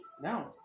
No